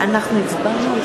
אנחנו הצבענו,